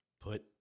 put